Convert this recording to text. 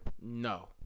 No